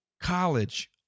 college